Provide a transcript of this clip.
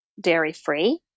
dairy-free